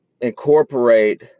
incorporate